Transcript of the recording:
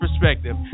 perspective